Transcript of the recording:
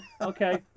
Okay